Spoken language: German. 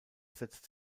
setzt